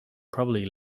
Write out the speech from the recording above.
probably